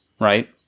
right